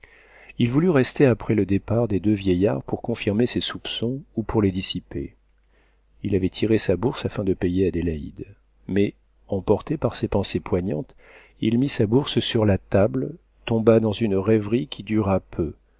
il voulut rester après le départ des deux vieillards pour confirmer ses soupçons ou pour les dissiper il avait tiré sa bourse afin de payer adélaïde mais emporté par ses pensées poignantes il mit sa bourse sur la table tomba dans une rêverie qui dura peu